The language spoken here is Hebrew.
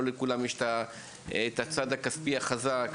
לא לכולן יש את הצד הכספי החזק.